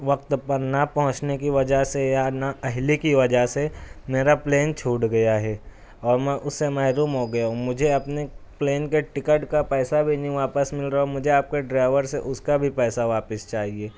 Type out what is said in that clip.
وقت پر نہ پہنچنے کی وجہ سے یا نا اہلی کی وجہ سے میرا پلین چھوٹ گیا ہے اور میں اس سے محروم ہو گیا ہوں مجھے اپنے پلین کے ٹکٹ کا پیسہ بھی نہیں واپس مل رہا مجھے آپ کے ڈرائیور سے اس کا بھی پیسہ واپس چاہیے